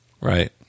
Right